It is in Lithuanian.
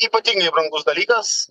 ypatingai brangus dalykas